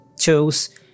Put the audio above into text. chose